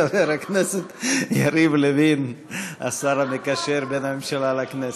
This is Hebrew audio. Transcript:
חבר הכנסת יריב לוין, השר המקשר בין הממשלה לכנסת.